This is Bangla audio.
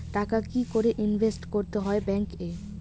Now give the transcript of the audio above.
টাকা কি করে ইনভেস্ট করতে হয় ব্যাংক এ?